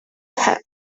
hat